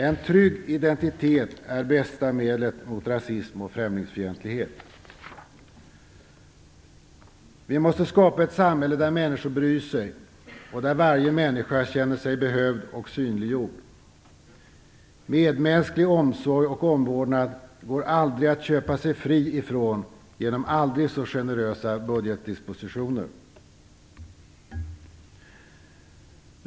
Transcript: En trygg identitet är bästa medlet mot rasism och främlingsfientlighet. Vi måste skapa ett samhälle där människor bryr sig och där varje människa känner sig behövd och synliggjord. Medmänsklig omsorg och omvårdnad går aldrig att köpa sig fri från genom aldrig så generösa budgetdispositiner.